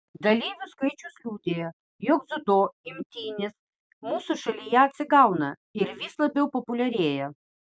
dalyvių skaičius liudija jog dziudo imtynės mūsų šalyje atsigauna ir vis labiau populiarėja